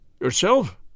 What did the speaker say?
Yourself